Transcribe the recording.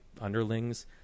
underlings